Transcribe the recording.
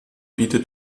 bietet